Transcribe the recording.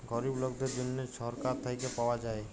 গরিব লকদের জ্যনহে ছরকার থ্যাইকে পাউয়া যায়